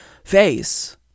face